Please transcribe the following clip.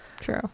True